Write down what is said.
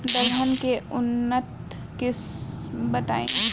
दलहन के उन्नत किस्म बताई?